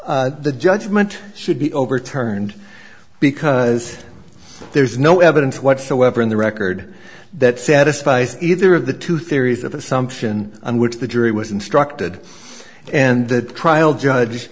s the judgment should be overturned because there is no evidence whatsoever in the record that satisfies either of the two theories of assumption on which the jury was instructed and the trial judge